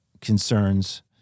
concerns